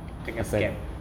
kena scam